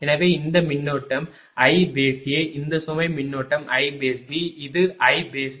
எனவே இந்த மின்னோட்டம் iA இந்த சுமை மின்னோட்டம் iB இது iC